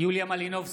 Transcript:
יוליה מלינובסקי,